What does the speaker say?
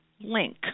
link